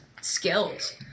skills